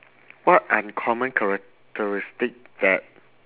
what uncommon characteristic that